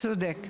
צודק.